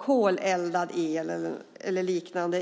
koleldad el eller liknande.